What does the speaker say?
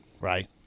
right